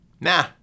Nah